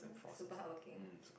super hardworking